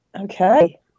okay